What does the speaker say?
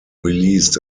released